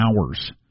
hours